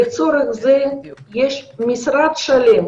לצורך זה יש משרד שלם